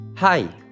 Hi